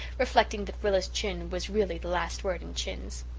reflecting that rilla's chin was really the last word in chins.